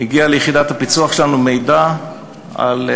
הגיע ליחידת הפיצו"ח שלנו מידע שהכלבים